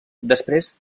després